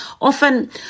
often